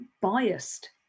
biased